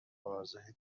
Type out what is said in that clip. واضحه